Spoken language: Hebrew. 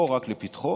לא רק לפתחו,